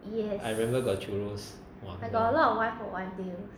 I remember got churros